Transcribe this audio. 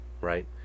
right